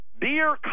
Dear